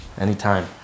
Anytime